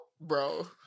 Bro